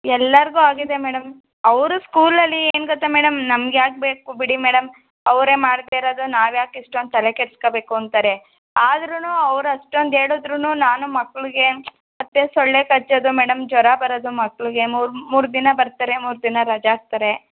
ಎಲ್ಲರಿಗು ಆಗಿದೆ ಮೇಡಮ್ ಅವರು ಸ್ಕೂಲಲ್ಲಿ ಏನು ಗೊತ್ತಾ ಮೇಡಮ್ ನಮ್ಗೆ ಯಾಕೆ ಬೇಕು ಬಿಡಿ ಮೇಡಮ್ ಅವರೆ ಮಾಡ್ತಿರೋದು ನಾವ್ಯಾಕೆ ಇಷ್ಟೊಂದು ತಲೆ ಕೆಡ್ಸ್ಕೋಬೇಕು ಅಂತಾರೆ ಆದ್ರು ಅವ್ರು ಅಷ್ಟೊಂದು ಹೇಳಿದ್ರುನೂ ನಾನು ಮಕ್ಳಿಗೆ ಮತ್ತೆ ಸೊಳ್ಳೆ ಕಚ್ಚೋದು ಮೇಡಮ್ ಜ್ವರ ಬರೋದು ಮಕ್ಳಿಗೆ ಮೂರು ಮೂರು ದಿನ ಬರ್ತಾರೆ ಮೂರು ದಿನ ರಜ ಹಾಕ್ತಾರೆ